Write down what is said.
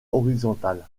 horizontal